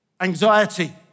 Anxiety